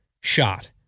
shot